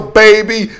baby